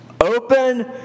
Open